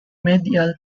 medial